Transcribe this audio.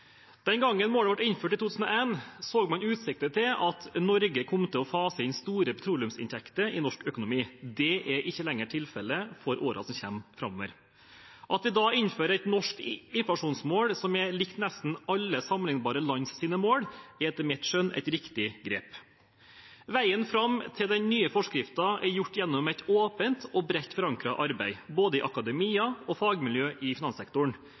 Den gangen målet ble innført i 2001, så man utsikter til at Norge kom til å fase inn store petroleumsinntekter i norsk økonomi. Det er ikke lenger tilfellet for årene som kommer. At vi innfører et norsk inflasjonsmål som er likt nesten alle sammenlignbare lands mål, er etter mitt skjønn et riktig grep. Veien fram til den nye forskriften er gjort gjennom et åpent og bredt forankret arbeid, både i akademia og i fagmiljø i finanssektoren,